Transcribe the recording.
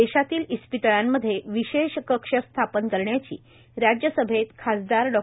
देशातील इस्पितळांमध्ये विशेष कक्ष स्थापन करण्याची राज्यसभेत खासदार डॉ